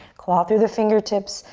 claw through the fingertips.